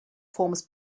forms